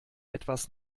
etwas